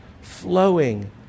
Flowing